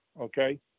okay